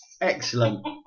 Excellent